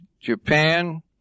Japan